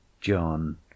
John